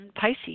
Pisces